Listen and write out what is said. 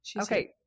Okay